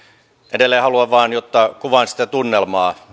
edelleen haluan jotta kuvaan sitä tunnelmaa